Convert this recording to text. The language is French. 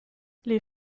les